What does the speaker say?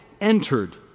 entered